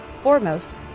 Foremost